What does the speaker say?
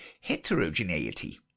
heterogeneity